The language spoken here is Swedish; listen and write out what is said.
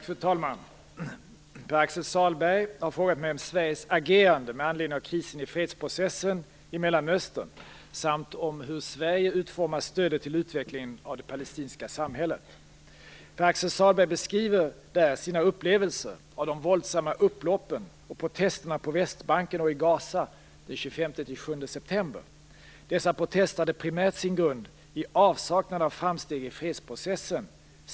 Fru talman! Pär-Axel Sahlberg har frågat mig om Sveriges agerande med anledning av krisen i fredsprocessen i Mellanöstern samt om hur Sverige utformar stödet till utvecklingen av det palestinska samhället. Pär-Axel Sahlberg beskriver sina upplevelser av de våldsamma upploppen och protesterna på Västbanken och i Gaza den 25-27 september. Dessa protester hade primärt sin grund i avsaknad av framsteg i fredsprocessen.